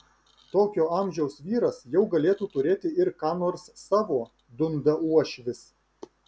tokio amžiaus vyras jau galėtų turėti ir ką nors savo dunda uošvis